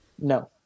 No